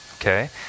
Okay